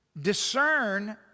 discern